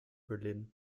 berlin